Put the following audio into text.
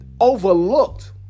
overlooked